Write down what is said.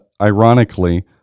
ironically